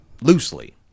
loosely